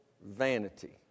vanity